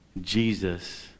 Jesus